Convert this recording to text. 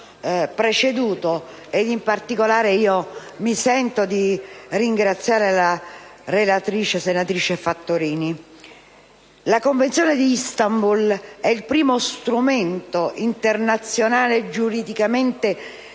preceduto - e in particolare mi sento di ringraziare la relatrice, senatrice Fattorini -, la Convenzione di Istanbul è il primo strumento internazionale giuridicamente vincolante